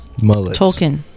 Tolkien